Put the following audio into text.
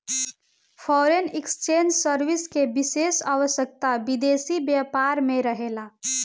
foreign exchange service के विशेष आवश्यकता विदेशी व्यापार में रहेला